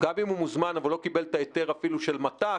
גם אם הוא מוזמן ולא קיבל את ההיתר של מת"ק,